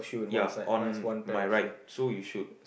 ya on my right so you should